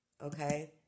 okay